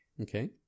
Okay